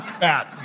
bad